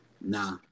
Nah